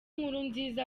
nkurunziza